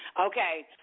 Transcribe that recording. Okay